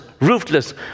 ruthless